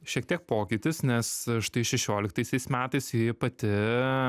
šiek tiek pokytis nes štai šešioliktaisiais metais ji pati